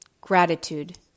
Gratitude